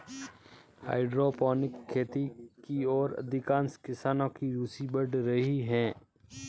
hydroponic खेती की ओर अधिकांश किसानों की रूचि बढ़ रही है